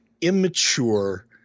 immature